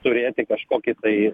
turėti kažkokį tai